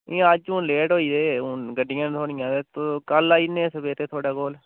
इ'यां अज्ज हून लेट होई गेदे हून गड्डियां नि थ्होनियां ते कल आई जन्ने सवेरे थुआढ़े कोल